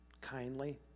kindly